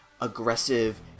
aggressive